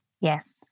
Yes